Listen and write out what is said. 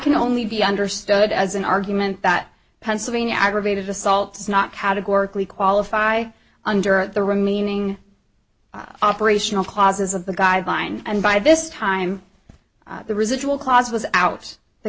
can only be understood as an argument that pennsylvania aggravated assault is not categorically qualify under the remaining operational causes of the guideline and by this time the residual cause was out the